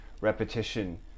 repetition